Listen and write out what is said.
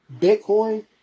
Bitcoin